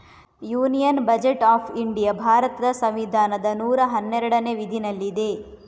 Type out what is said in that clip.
union budget of India ಭಾರತದ ಸಂವಿಧಾನದ ನೂರಾ ಹನ್ನೆರಡನೇ ವಿಧಿನಲ್ಲಿದೆ